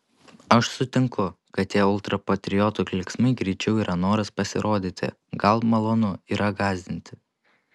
aš sutinku kad tie ultrapatriotų klyksmai greičiau yra noras pasirodyti gal malonu yra gąsdinti